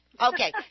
Okay